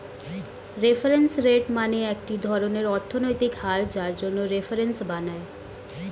reference rate মানে একটি ধরনের অর্থনৈতিক হার যার জন্য রেফারেন্স বানায়